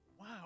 wow